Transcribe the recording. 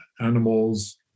animals